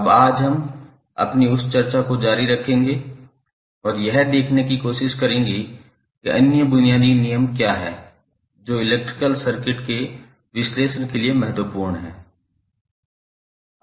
अब आज हम अपनी उस चर्चा को जारी रखेंगे और यह देखने की कोशिश करेंगे कि अन्य बुनियादी नियम क्या हैं जो इलेक्ट्रिकल सर्किट के विश्लेषण के लिए महत्वपूर्ण हैं